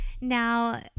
Now